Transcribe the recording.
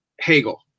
hegel